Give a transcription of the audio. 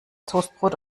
toastbrot